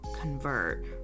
convert